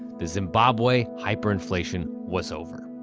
the zimbabwe hyperinflation was over.